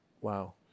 wow